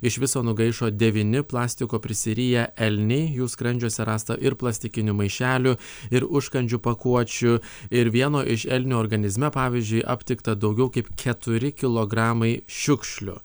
iš viso nugaišo devyni plastiko prisiriję elniai jų skrandžiuose rasta ir plastikinių maišelių ir užkandžių pakuočių ir vieno iš elnių organizme pavyzdžiui aptikta daugiau kaip keturi kilogramai šiukšlių